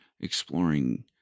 exploring